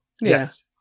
Yes